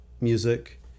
music